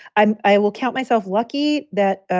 and i will count myself lucky that,